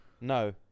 No